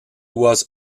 was